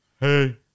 hey